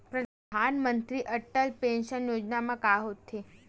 परधानमंतरी अटल पेंशन योजना मा का होथे?